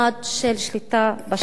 מטעם הוועדה לענייני ביקורת המדינה.